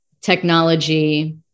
technology